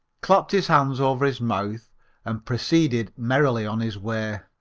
clapped his hands over his mouth and proceeded merrily on his way.